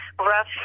rough